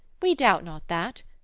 we doubt not that.